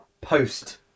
post